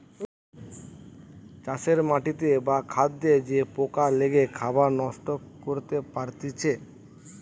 চাষের মাটিতে বা খাদ্যে যে পোকা লেগে খাবার নষ্ট করতে পারতিছে